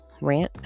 Rant